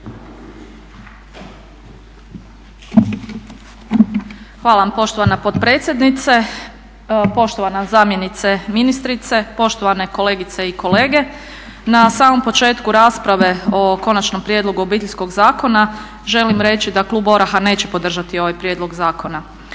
vam poštovana potpredsjednice, poštovana zamjenice ministrice, poštovane kolegice i kolege. Na samom početku rasprave o Konačnom prijedlogu Obiteljskog zakona želim reći da klub ORAH-a neće podržati ovaj prijedlog zakona.